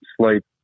Sleep